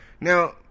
Now